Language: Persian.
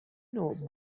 نوع